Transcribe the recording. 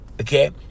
okay